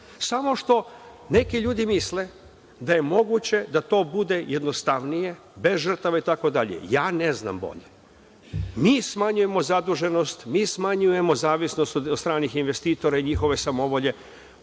Samo što neki ljudi misle da je moguće da to bude jednostavnije, bez žrtava, itd. Ja ne znam bolje. Mi smanjujemo zaduženost, mi smanjujemo zavisnost od stranih investitora i njihove samovolje,